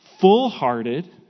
full-hearted